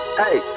hey